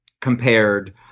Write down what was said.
compared